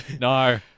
No